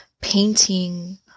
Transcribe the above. painting